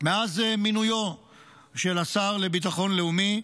מאז מינויו של השר לביטחון לאומי,